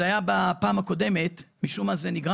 זה היה בפעם הקודמת ומשום מה זה נגרע